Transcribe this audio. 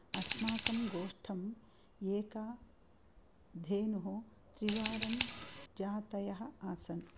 अस्माकं गोष्ठं एका धेनुः त्रिवारं जातयः आसन्